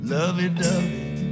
lovey-dovey